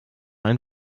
ein